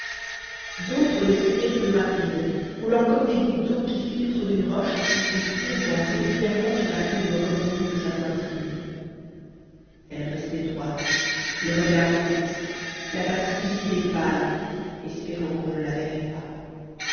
d'autres les suivirent plus rapides coulant comme des gouttes d'eau qui filtrent d'une roche et tombant régulièrement sur la courbe rebondie de sa poitrine elle restait droite le regard fixe la face rigide et pâle espérant qu'on ne la verrait pas